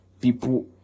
People